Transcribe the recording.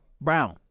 Brown